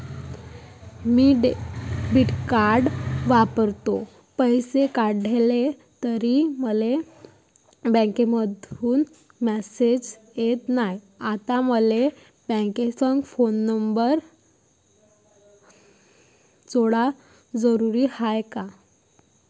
मी debit card वापरतो, पैसे काढले तरी मले बँकेमंधून मेसेज येत नाय, आता मले बँकेसंग मोबाईल नंबर जोडन जरुरीच हाय का?